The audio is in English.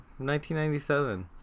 1997